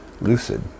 lucid